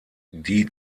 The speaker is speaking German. die